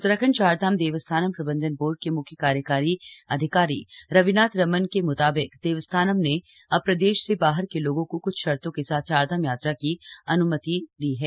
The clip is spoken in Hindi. उत्तराखंड चार धाम देवस्थानम् प्रबंधन बोर्ड के मुख्य कार्यकारी अधिकारी रविनाथ रमन के म्ताबिक देवस्थानम ने अब प्रदेश से बाहर के लोगों को क्छ शर्तों के साथ चारधाम यात्रा की अन्मति है